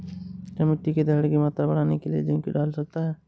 क्या मिट्टी की धरण की मात्रा बढ़ाने के लिए जिंक डाल सकता हूँ?